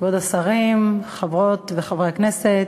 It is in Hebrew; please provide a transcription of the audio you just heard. כבוד השרים, חברות וחברי הכנסת,